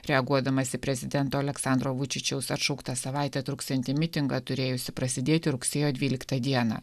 reaguodamas į prezidento aleksandro vučičiaus atšauktą savaitę truksiantį mitingą turėjusį prasidėti rugsėjo dvyliktą dieną